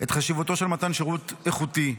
את חשיבותו של מתן שירות איכותי,